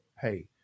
hey